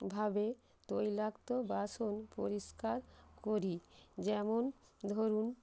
ভাবে তৈলাক্ত বাসন পরিষ্কার করি যেমন ধরুন